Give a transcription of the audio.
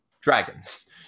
Dragons